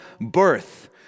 birth